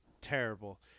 terrible